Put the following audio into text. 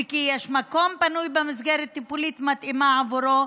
וכי יש מקום פנוי במסגרת טיפולית מתאימה עבורו,